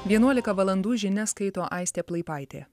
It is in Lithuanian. vienuolika valandų žinias skaito aistė plaipaitė